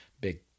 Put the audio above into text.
big